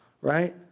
Right